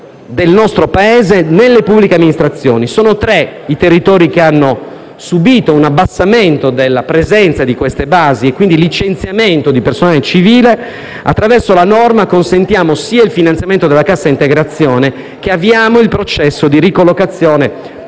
del nostro Paese, nelle pubbliche amministrazioni. Sono tre i territori che hanno subìto una diminuzione delle presenze di queste basi, e quindi il licenziamento di personale civile. Attraverso la norma consentiamo il finanziamento della cassa integrazione e avviamo il processo di ricollocazione